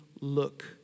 look